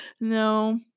No